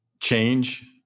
change